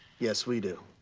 yes we do.